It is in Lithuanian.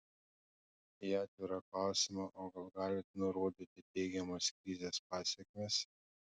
į atvirą klausimą o gal galite nurodyti teigiamas krizės pasekmes